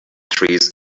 trees